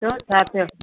छो छा थियो